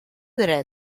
dret